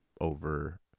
over